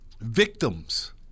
victims